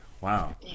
Wow